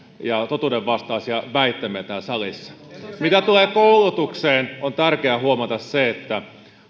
ja totuudenvastaisia väittämiä täällä salissa mitä tulee koulutukseen on tärkeää huomata se että